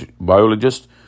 biologist